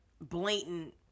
blatant